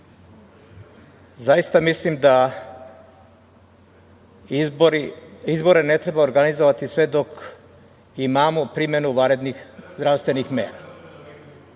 lepo. Zaista mislim da izbore ne treba organizovati sve dok imamo primenu vanrednih zdravstvenih